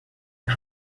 los